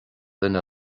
duine